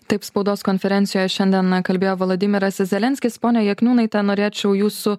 taip spaudos konferencijoje šiandien na kalbėjo vladimiras zelenskis ponia jakniūnaitė norėčiau jūsų